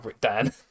Dan